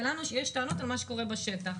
לנו יש טענות על מה שקורה בשטח.